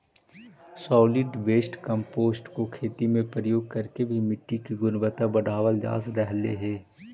solid waste compost को खेती में प्रयोग करके भी मिट्टी की गुणवत्ता बढ़ावाल जा रहलइ हे